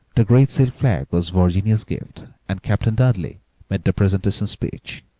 the great silk flag was virginia's gift, and captain dudley made the presentation speech.